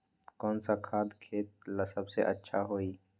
कौन सा खाद खेती ला सबसे अच्छा होई?